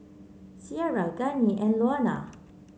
Ciara Gianni and Louanna